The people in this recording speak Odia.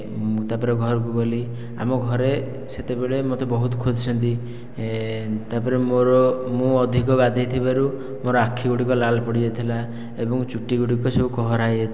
ମୁଁ ତା' ପରେ ଘରକୁ ଗଲି ଆମ ଘରେ ସେତବେଳେ ମୋତେ ବହୁତ ଖୋଜିଛନ୍ତି ତାପରେ ମୋ'ର ମୁଁ ଅଧିକ ଗାଧୋଇ ଥିବାରୁ ମୋ'ର ଆଖିଗୁଡିକ ଲାଲ୍ ପଡ଼ିଯାଇଥିଲା ଏବଂ ଚୁଟିଗୁଡିକ ସବୁ କହରା ହେଇଯାଇଥିଲା